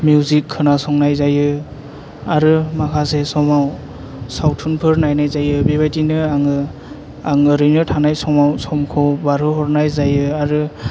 music खोनासंनाय जायो आरो माखासे समाव सावथुनफोर नायनाय जायो बेबादिनो आङो आं ओरैनो थानाय समाव समखौ बारहोहरनाय जायो आरो